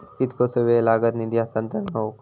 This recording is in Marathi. कितकोसो वेळ लागत निधी हस्तांतरण हौक?